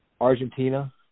Argentina